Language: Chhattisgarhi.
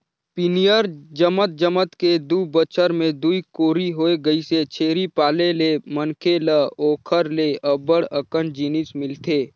पियंर जमत जमत के दू बच्छर में दूई कोरी होय गइसे, छेरी पाले ले मनखे ल ओखर ले अब्ब्ड़ अकन जिनिस मिलथे